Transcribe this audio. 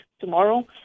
tomorrow